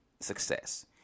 success